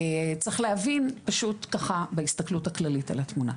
צריך להבין פשוט ככה, בהסתכלות הכללית על התמונה.